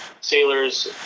sailors